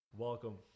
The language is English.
Welcome